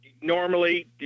normally